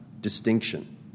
distinction